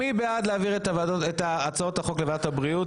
מי בעד ההצעה להעביר את הצעות החוק לוועדת הבריאות?